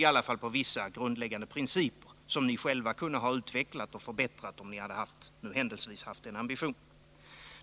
Men det byggde på vissa grundläggande principer, som ni själva kunde ha utvecklat och förbättrat, om ni händelsevis hade haft den ambitionen.